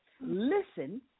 listen